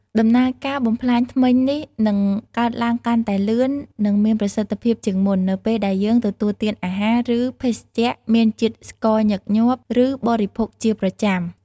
ដំណើរការបំផ្លាញធ្មេញនេះនឹងកើតឡើងកាន់តែលឿននិងមានប្រសិទ្ធភាពជាងមុន នៅពេលដែលយើងទទួលទានអាហារ ឬភេសជ្ជៈមានជាតិស្ករញឹកញាប់ ឬបរិភោគជាប្រចាំ។